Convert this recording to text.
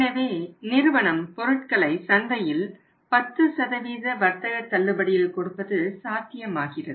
எனவே நிறுவனம் பொருட்களை சந்தையில் 10 வர்த்தக தள்ளுபடியில் கொடுப்பது சாத்தியமாகிறது